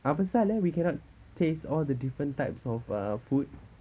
apasal eh we cannot taste all the different types of uh food